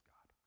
God